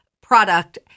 product